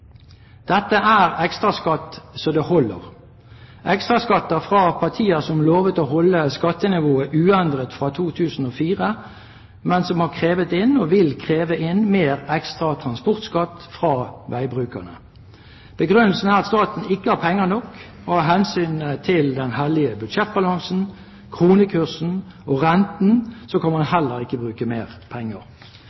Dette er ekstraskatt så det holder! Det er ekstraskatter fra partier som lovet å holde skattenivået uendret fra 2004, men som har krevd inn og vil kreve inn mer ekstra transportskatt fra veibrukerne. Begrunnelsen er at staten ikke har penger nok, og av hensyn til den hellige budsjettbalansen, kronekursen og renten kan man